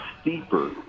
steeper